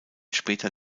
später